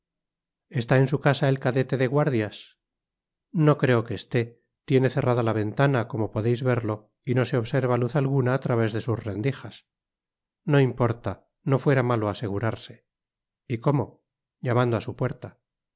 está en su casa el cadete de guardias no creo que esté tiene cerrada la ventana como podeis verlo y no se observa luz alguna á través de sus rendijas no importa no fuera malo asegurarse y como llamando á su puerta